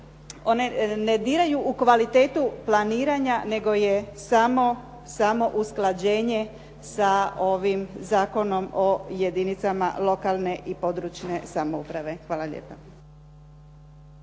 one ne diraju u kvalitetu planiranja nego je samo usklađenje sa ovim Zakonom o jedinicama lokalne i područne samouprave. Hvala lijepa.